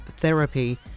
therapy